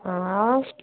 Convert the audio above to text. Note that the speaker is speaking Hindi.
हाँ और